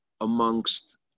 amongst